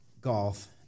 golf